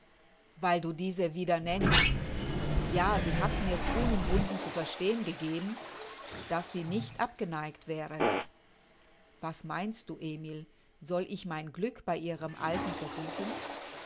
weil du diese wieder nennst ja sie hat mir's unumwunden zu verstehen gegeben daß sie nicht abgeneigt wäre was meinst du emil soll ich mein glück bei ihrem alten versuchen